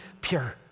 pure